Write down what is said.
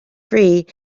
free